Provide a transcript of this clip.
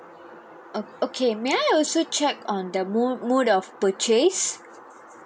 um okay may I also check on the mode mode of purchase